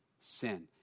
sin